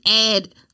add